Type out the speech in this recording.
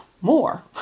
more